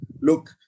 Look